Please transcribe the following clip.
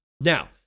Now